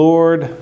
Lord